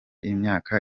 imyaka